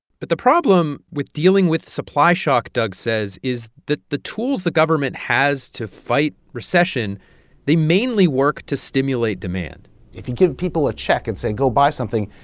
but the problem with dealing with supply shock, doug says, is the the tools the government has to fight recession they mainly work to stimulate demand if you give people a check and say, go buy something,